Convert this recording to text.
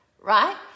Right